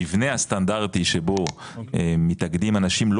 המבנה הסטנדרטי שבו מתאגדים אנשים לא